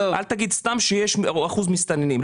אל תגיד סתם שיש אחוז מסתננים,